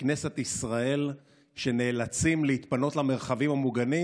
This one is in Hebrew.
שבכנסת ישראל נאלצים להתפנות למרחבים המוגנים.